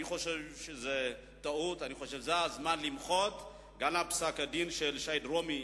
אני חושב שזו טעות וזה הזמן למחות גם על פסק-הדין של שי דרומי,